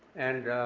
and